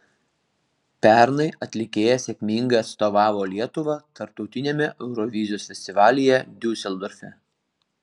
pernai atlikėja sėkmingai atstovavo lietuvą tarptautiniame eurovizijos festivalyje diuseldorfe